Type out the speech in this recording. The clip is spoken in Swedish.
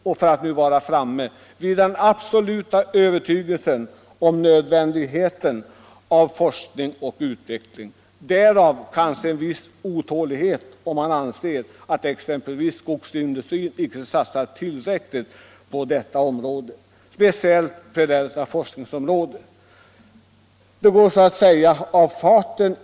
Och för att nu vara framme: den absoluta övertygelsen att det är nödvändigt med en starkare satsning på forskning och utveckling. Därmed följer kanske också en viss otålighet, om man anser att exempelvis skogsindustrin icke satsar tillräckligt på forskningsområdet.